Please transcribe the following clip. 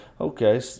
okay